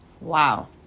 wow